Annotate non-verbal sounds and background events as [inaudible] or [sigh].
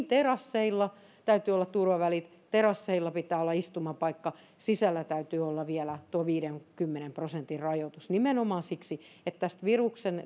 [unintelligible] terasseilla täytyy olla turvavälit terasseilla pitää olla istumapaikka sisällä täytyy olla vielä tuo viidenkymmenen prosentin rajoitus nimenomaan siksi että tästä viruksen [unintelligible]